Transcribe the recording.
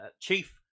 chief